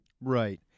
Right